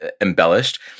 embellished